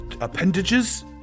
appendages